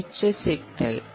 ലഭിച്ച സിഗ്നൽ